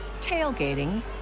tailgating